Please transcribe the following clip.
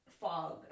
fog